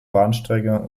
bahnstrecke